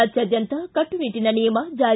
ರಾಜ್ಯಾದ್ಯಂತ ಕಟ್ಟುನಿಟ್ಟನ ನಿಯಮ ಜಾರಿ